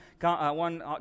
one